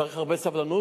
צריך הרבה סבלנות.